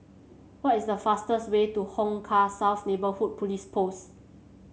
what is the fastest way to Hong Kah South Neighbourhood Police Post